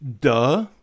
Duh